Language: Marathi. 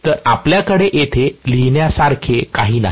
तर आपल्याकडे इथे लिहिण्यासारखे काही नाही